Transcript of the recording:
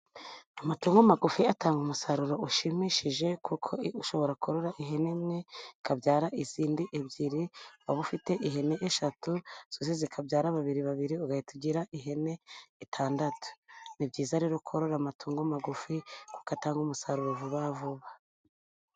Amatungo magufiya atanga umusaruro ushimishije, kuko ushobora korora ihene imwe ikabyara izindi ebyiri, waba ufite ihene eshatu zose zikabyara babiri babiri, ugahita ugira ihene esheshatu. Ni byiza rero korora amatungo magufi kuko atanga umusaruro vuba vuba.